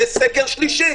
"יהיה סגר שלישי".